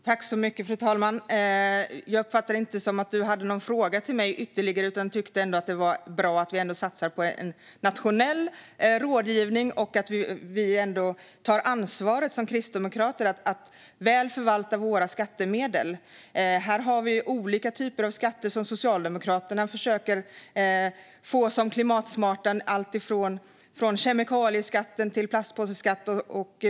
Fru talman! Jag uppfattade inte att Patrik Engström hade någon ytterligare fråga till mig utan att han ändå tyckte att det var bra att vi satsade på en nationell rådgivning och att Kristdemokraterna tar ansvar för att väl förvalta våra skattemedel. Här har vi olika typer av skatter som Socialdemokraterna försöker att få som klimatsmarta, alltifrån kemikalieskatten till plastpåseskatt.